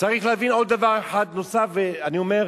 צריך להבין עוד דבר אחד נוסף, ואני אומר: